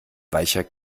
weicher